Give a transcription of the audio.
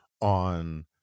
on